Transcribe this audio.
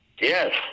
Yes